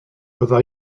bydda